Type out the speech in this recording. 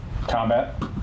Combat